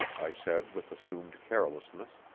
i said with assumed carelessness.